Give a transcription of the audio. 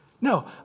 No